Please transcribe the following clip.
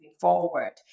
forward